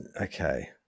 Okay